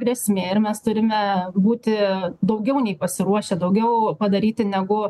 grėsmė ir mes turime būti daugiau nei pasiruošę daugiau padaryti negu